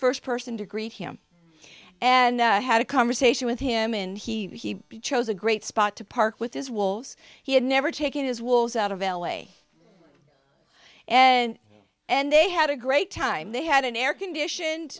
first person to greet him and had a conversation with him and he chose a great spot to park with his wolves he had never taken his wolves out of l a and and they had a great time they had an air conditioned